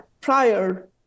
prior